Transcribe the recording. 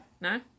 No